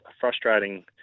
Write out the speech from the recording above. frustrating